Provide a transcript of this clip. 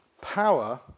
power